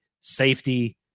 safety